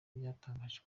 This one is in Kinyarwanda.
byatangaje